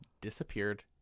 disappeared